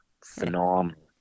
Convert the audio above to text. phenomenal